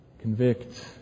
Convict